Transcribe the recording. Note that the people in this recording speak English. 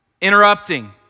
interrupting